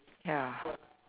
ya